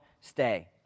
stay